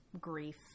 grief